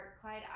Clyde